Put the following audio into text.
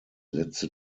letzte